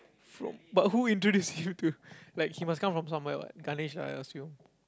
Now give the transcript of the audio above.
from but who introduce you to like he must come from somewhere what Ganesh lah I assume